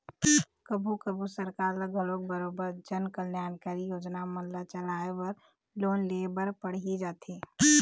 कभू कभू सरकार ल घलोक बरोबर जनकल्यानकारी योजना मन ल चलाय बर लोन ले बर पड़ही जाथे